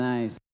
Nice